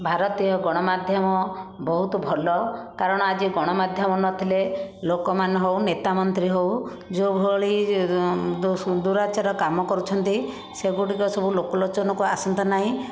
ଭାରତୀୟ ଗଣମାଧ୍ୟମ ବହୁତ୍ ଭଲ କାରଣ ଆଜି ଗଣ ମାଧ୍ୟମ ନଥିଲେ ଲୋକମାନେ ହେଉ ନେତା ମନ୍ତ୍ରୀ ହେଉ ଯେଉଁଭଳି ଦୁରାଚାର କାମ କରୁଛନ୍ତି ସେଗୁଡ଼ିକ ସବୁ ଲୋକଲୋଚନକୁ ଆସନ୍ତା ନାହିଁ